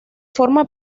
forma